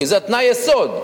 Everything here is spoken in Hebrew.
כי זה תנאי היסוד,